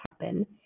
happen